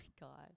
God